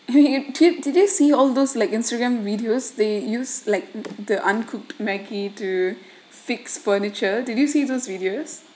did you see all those like instagram videos they use like the uncooked maggie to fixe furniture did you see those videos